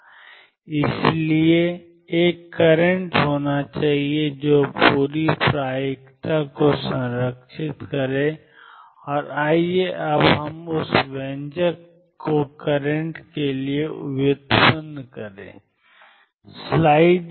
और इसलिए एक करंट होना चाहिए जो पूरी प्रायिकता को संरक्षित करे और आइए अब हम उस व्यंजक को करंट के लिए व्युत्पन्न करें